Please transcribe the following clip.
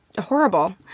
horrible